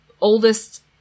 Oldest